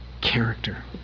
character